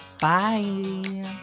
bye